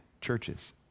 churches